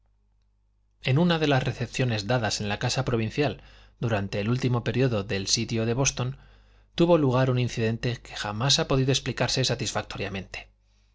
en una de las recepciones dadas en la casa provincial durante el último período del sitio de boston tuvo lugar un incidente que jamás ha podido explicarse satisfactoriamente